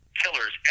killers